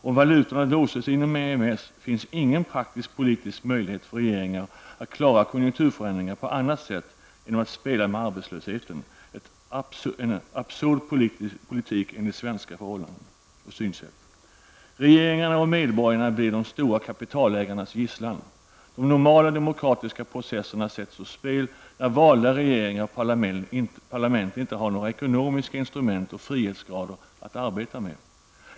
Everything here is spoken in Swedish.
Om valutorna låses inom EMS finns ingen praktisk politisk möjlighet för regeringar att klara konjunkturförändringar på annat sätt än genom att spela med arbetslösheten. Det är en absurd politik enligt svenskt synsätt. Regeringarna och medborgarna blir de stora kapitalägarnas gisslan. De normala demokratiska processerna sätts ur spel när valda regeringar och parlament inte har några ekonomiska instrument och frihetsgrader att arbeta med.